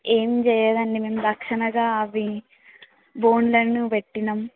ఏం చేయదండి మేము రక్షణగా అవి బోనుల్లో పెట్టాము